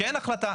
שאין החלטה.